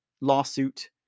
lawsuit